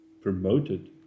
promoted